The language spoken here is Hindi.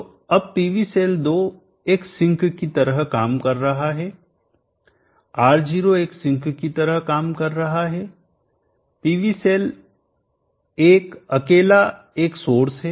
तो अब PV सेल 2 एक सिंक की तरह काम कर रहा है R0 एक सिंक की तरह काम कर रहा है PV सेल 1 अकेला एक सोर्स है